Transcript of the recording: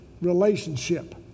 relationship